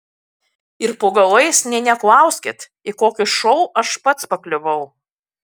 ir po galais nė neklauskit į kokį šou aš pats pakliuvau